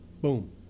boom